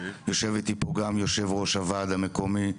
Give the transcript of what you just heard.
יושב איתי פה גם יושב ראש הוועד המקומי,